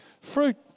fruit